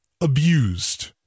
abused